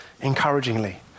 encouragingly